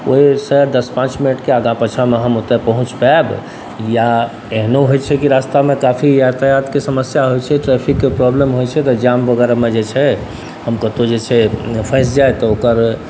ओहिसँ दस पाँच मिनटके आगाँ पाछाँमे हम ओतऽ पहुँच पाएब या एहनो होइ छै रास्तामे काफी यातायातके समस्या होइ छै कि ट्रैफिकके प्रॉब्लम होइ छै तऽ जाम वगैरहमे जे छै हम कतहु जे छै से फँसि जाइ तऽ ओकर